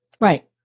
Right